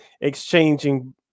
exchanging